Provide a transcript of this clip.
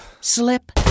slip